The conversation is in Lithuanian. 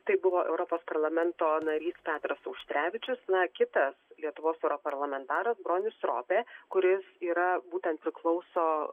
tai buvo europos parlamento narys petras auštrevičius na kitas lietuvos europarlamentaras bronis ropė kuris yra būtent priklauso